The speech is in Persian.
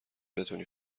بتونی